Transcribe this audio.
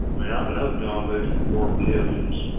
i ah know john's worth millions.